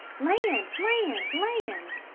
land! land! land!